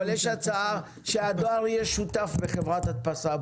אבל יש הצעה שהדואר בעתיד יהיה שותף בחברת הדפסה.